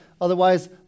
Otherwise